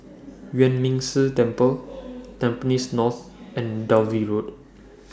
Yuan Ming Si Temple Tampines North and Dalvey Road